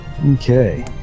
Okay